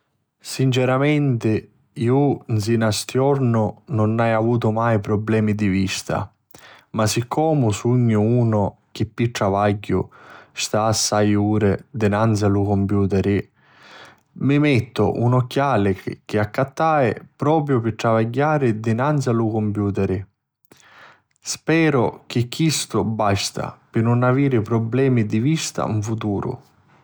Sinceramenti iu nsina a stiornu nun aiu avutu mai prublemi di vista. Ma siccomu sugnu unu chi pi travagghiu sta assai uri davanzi a lu compiùteri, mi mettu un occhiali chi l'accattai propriu pi travagghiari davanzi a lu compiùteri. Speru chi chistu basta pi nun aviri prublemi 'n futuru.